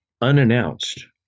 unannounced